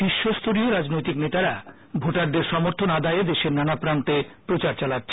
শীর্ষ স্তরীয় রাজনৈতিক নেতারা ভোটারদের সমর্থন আদায়ে দেশের নানা প্রান্তে প্রচার চালাচ্ছেন